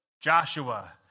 Joshua